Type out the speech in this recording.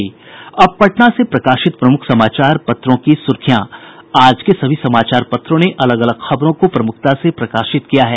अब पटना से प्रकाशित प्रमुख समाचार पत्रों की सुर्खियां आज के सभी समाचार पत्रों ने अलग अलग खबरों को प्रमुखता से प्रकाशित किया है